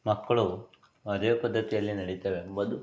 ಮಕ್ಕಳು ಅದೇ ಪದ್ಧತಿಯಲ್ಲಿ ನಡಿತಾರೆ ಎಂಬುದು